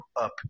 up